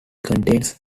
contains